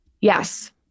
Yes